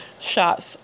shots